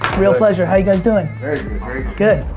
real pleasure. how you guys doing? very good,